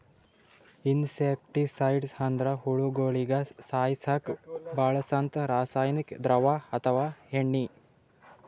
insecticides ಅಂದ್ರ ಹುಳಗೋಳಿಗ ಸಾಯಸಕ್ಕ್ ಬಳ್ಸಂಥಾ ರಾಸಾನಿಕ್ ದ್ರವ ಅಥವಾ ಎಣ್ಣಿ